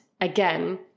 again